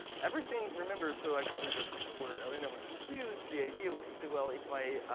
everything, remember so actually that's where alana was confused the idea was to say, well, if i